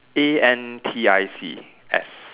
A N T I C S